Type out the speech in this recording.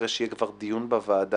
אחרי שיהיה כבר דיון בוועדה.